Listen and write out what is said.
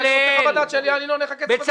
וחוות הדעת של איל ינון --- בצלאל,